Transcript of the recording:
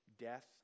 death